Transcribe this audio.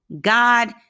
God